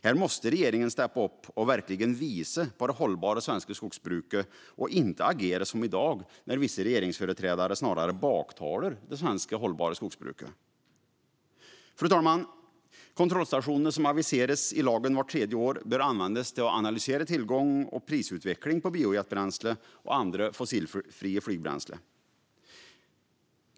Här måste regeringen steppa upp och verkligen visa på det hållbara svenska skogsbruket och inte agera som i dag, då vissa regeringsföreträdare snarare baktalar det svenska hållbara skogsbruket. Fru talman! De kontrollstationer som aviseras i lagen vart tredje år bör användas för att analysera tillgång och prisutveckling på biojetbränsle och andra fossilfria flygbränslen.